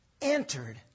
entered